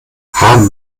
haben